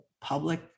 public